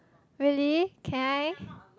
really can I